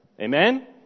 Amen